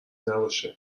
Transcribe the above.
نباشه